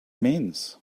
means